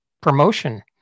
promotion